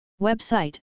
Website